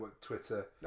Twitter